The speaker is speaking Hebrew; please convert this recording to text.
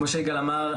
כמו שיגאל אמר,